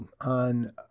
on